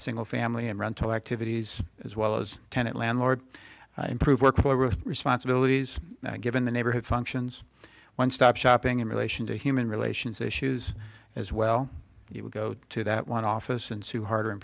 single family and rental activities as well as tenant landlord improve work flow with responsibilities given the neighborhood functions one stop shopping in relation to human relations issues as well you would go to that one office and sue harder in